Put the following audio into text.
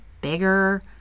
bigger